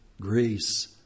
grace